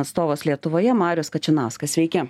atstovas lietuvoje marius kačenauskas sveiki